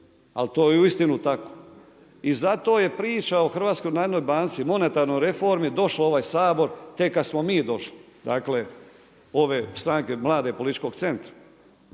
Ali to je uistinu tako. I zato je priča o Hrvatskoj narodnoj banci, monetarnoj reformi došlo u ovaj Sabor tek kad smo mi došli. Dakle, ove stranke mlade političkog centra.